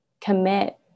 commit